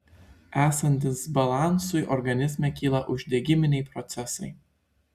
esant disbalansui organizme kyla uždegiminiai procesai